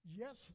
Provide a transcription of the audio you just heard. yes